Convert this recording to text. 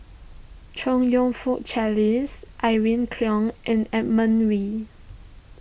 Chong You Fook Charles Irene Khong and Edmund Wee